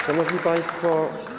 Szanowni Państwo!